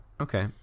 okay